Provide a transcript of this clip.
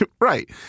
Right